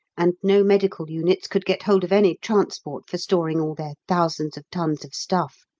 and no medical units could get hold of any transport for storing all their thousands of tons of stuff.